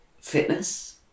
fitness